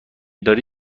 داری